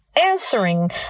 answering